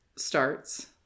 starts